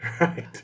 Right